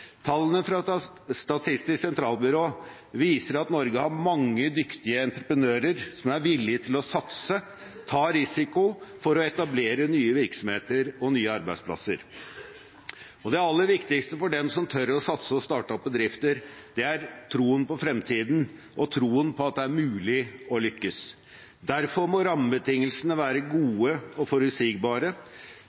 Tallene fra Statistisk sentralbyrå viser at Norge har mange dyktige entreprenører som er villige til å satse og ta risiko for å etablere nye virksomheter og nye arbeidsplasser. Det aller viktigste for dem som tør å satse og starte opp bedrifter, er troen på fremtiden og troen på at det er mulig å lykkes. Derfor må rammebetingelsene være gode og forutsigbare.